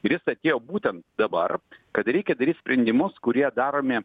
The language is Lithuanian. ir jis atėjo būtent dabar kad reikia daryt sprendimus kurie daromi